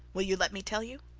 will you let me tell you